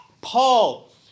Paul